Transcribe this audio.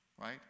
right